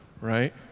right